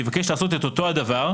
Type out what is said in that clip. יבקש לעשות את אותו הדבר,